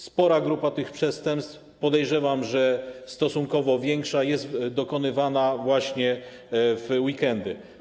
Spora grupa tych przestępstw, podejrzewam, że stosunkowo większa, jest dokonywana właśnie w weekendy.